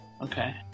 Okay